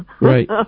Right